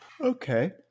okay